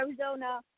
Arizona